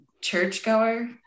churchgoer